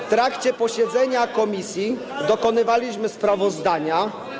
W trakcie posiedzenia komisji dokonywaliśmy sprawozdania.